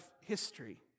history